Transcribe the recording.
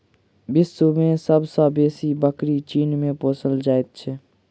विश्व मे सब सॅ बेसी बकरी चीन मे पोसल जाइत छै